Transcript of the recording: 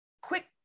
quick